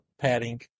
padding